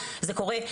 זה קורה,